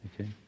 okay